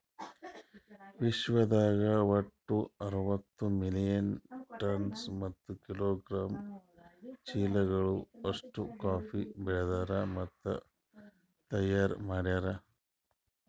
ವಿಶ್ವದಾಗ್ ಒಟ್ಟು ಅರವತ್ತು ಮಿಲಿಯನ್ ಟನ್ಸ್ ಮತ್ತ ಕಿಲೋಗ್ರಾಮ್ ಚೀಲಗಳು ಅಷ್ಟು ಕಾಫಿ ಬೆಳದಾರ್ ಮತ್ತ ತೈಯಾರ್ ಮಾಡ್ಯಾರ